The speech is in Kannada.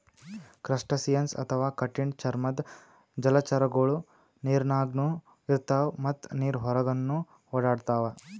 ಕ್ರಸ್ಟಸಿಯನ್ಸ್ ಅಥವಾ ಕಠಿಣ್ ಚರ್ಮದ್ದ್ ಜಲಚರಗೊಳು ನೀರಿನಾಗ್ನು ಇರ್ತವ್ ಮತ್ತ್ ನೀರ್ ಹೊರಗನ್ನು ಓಡಾಡ್ತವಾ